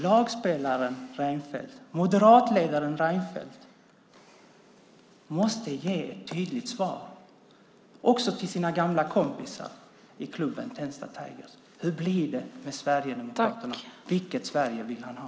Lagspelaren Reinfeldt, moderatledaren Reinfeldt måste ge ett tydligt svar - också till sina gamla kompisar i klubben Tensta Tigers. Hur blir det med Sverigedemokraterna? Vilket Sverige vill han ha?